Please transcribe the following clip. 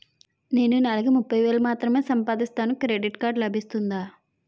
నేను నెల కి ముప్పై వేలు మాత్రమే సంపాదిస్తాను క్రెడిట్ కార్డ్ లభిస్తుందా?